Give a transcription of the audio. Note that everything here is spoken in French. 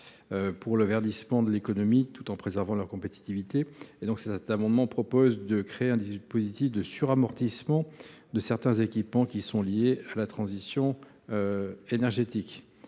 pour le verdissement de l’économie, tout en préservant leur compétitivité. Cet amendement tend à créer un dispositif de suramortissement de certains équipements liés à la transition énergétique.